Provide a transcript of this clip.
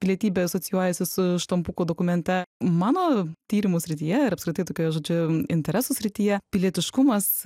pilietybė asocijuojasi su štampuku dokumente mano tyrimo srityje ir apskritai tokioj žodžiu interesų srityje pilietiškumas